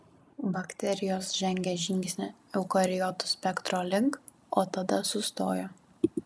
bakterijos žengė žingsnį eukariotų spektro link o tada sustojo